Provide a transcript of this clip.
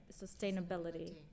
sustainability